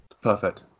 perfect